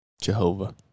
Jehovah